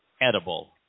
edible